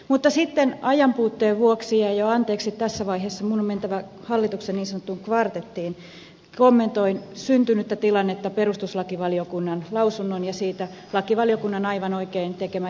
mutta sitten ajanpuutteen vuoksi ja anteeksi jo tässä vaiheessa minun on mentävä hallituksen niin sanottuun kvartettiin kommentoin perustuslakivaliokunnan lausunnon ja siitä lakivaliokunnan aivan oikein tekemän johtopäätöksen jälkeen syntynyttä tilannetta